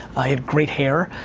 he had great hair.